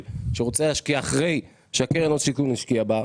שרוצה להשקיע אחרי שהקרן הון סיכון השקיע בה,